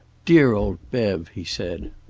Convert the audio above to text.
dear old bev! he said.